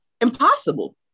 impossible